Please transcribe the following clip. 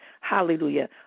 Hallelujah